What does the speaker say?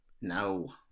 No